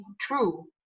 true